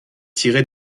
tiré